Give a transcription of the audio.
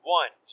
one